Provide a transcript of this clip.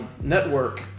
Network